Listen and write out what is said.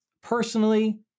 personally